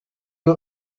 you